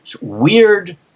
weird